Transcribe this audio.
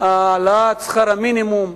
העלאת שכר המינימום.